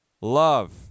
love